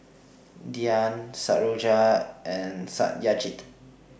Dhyan Satyendra and Satyajit